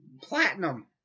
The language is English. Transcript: platinum